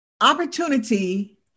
opportunity